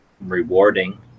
rewarding